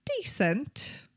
decent